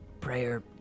prayer